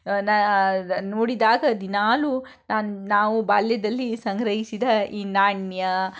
ನಾ ನೋಡಿದಾಗ ದಿನಾಲೂ ನಾನು ನಾವು ಬಾಲ್ಯದಲ್ಲಿ ಸಂಗ್ರಹಿಸಿದ ಈ ನಾಣ್ಯ